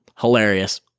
hilarious